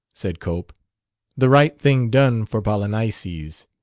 said cope the right thing done for polynices.